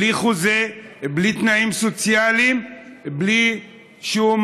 בלי חוזה, בלי תנאים סוציאליים, בלי שום